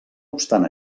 obstant